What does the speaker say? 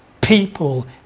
people